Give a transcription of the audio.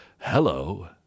Hello